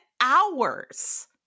hours